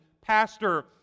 pastor